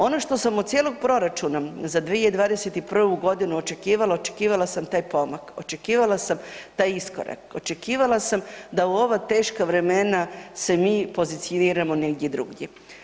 Ono što sam od cijelog proračuna za 2021. godinu očekivala, očekivala sam taj pomak, očekivala sam taj iskorak, očekivala sam da u ova teška vremena se mi pozicioniramo negdje drugdje.